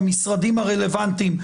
המשרדים הרלוונטיים,